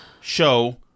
show